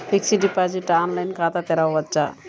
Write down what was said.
Fixed deposit online ఖాతా తెరువవచ్చా?